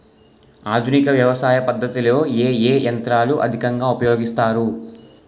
ఆధునిక వ్యవసయ పద్ధతిలో ఏ ఏ యంత్రాలు అధికంగా ఉపయోగిస్తారు?